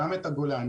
גם את הגולן,